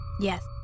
Yes